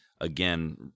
again